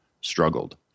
struggled